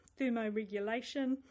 thermoregulation